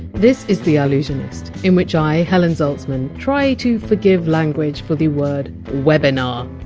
this is the allusionist, in which i, helen zaltzman, try to forgive language for the word! webinar!